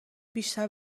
بیشتر